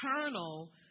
eternal